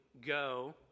go